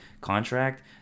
contract